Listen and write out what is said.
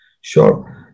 Sure